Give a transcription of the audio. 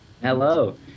hello